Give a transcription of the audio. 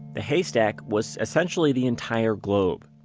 the haystack was essentially the entire globe.